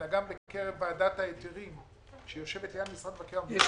אלא חשיבות גם בקרב ועדת ההיתרים שיושבת ליד משרד מבקר המדינה.